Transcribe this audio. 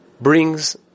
brings